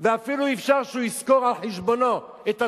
ואפילו אפשר שהוא ישכור על חשבונו את הסוהר.